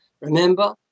Remember